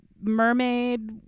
mermaid